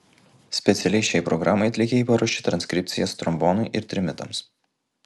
specialiai šiai programai atlikėjai paruošė transkripcijas trombonui ir trimitams